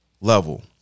level